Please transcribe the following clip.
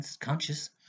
conscious